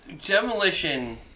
Demolition